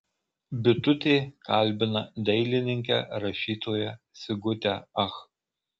bitutė kalbina dailininkę rašytoją sigutę ach